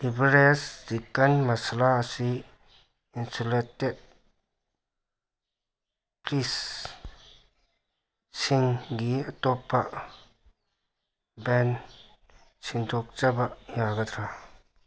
average ꯆꯤꯛꯀꯟ ꯃꯁꯥꯂꯥ ꯑꯁꯤ ꯏꯟꯁꯨꯂꯦꯇꯦꯠ ꯀꯤꯁꯁꯤꯡꯒꯤ ꯑꯇꯣꯞꯄ ꯕꯦꯟ ꯁꯦꯡꯗꯣꯛꯆꯕ ꯌꯥꯒꯗ꯭ꯔꯥ